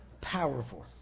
powerful